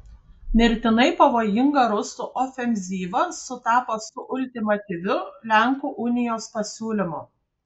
mirtinai pavojinga rusų ofenzyva sutapo su ultimatyviu lenkų unijos pasiūlymu